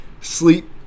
Sleep